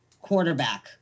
quarterback